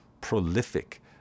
prolific